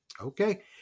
okay